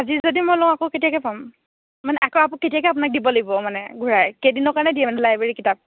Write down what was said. আজি যদি মই লওঁ আকৌ কেতিয়াকৈ পাম মানে আকৌ কেতিয়াকৈ আপোনাক দিব লাগিব মানে ঘূৰাই কেইদিনৰ কাৰণে দিয়ে মানে লাইব্ৰেৰীৰ কিতাপ